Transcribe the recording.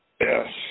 Yes